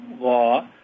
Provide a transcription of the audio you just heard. law